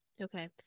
Okay